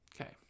Okay